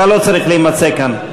אתה לא צריך להימצא כאן.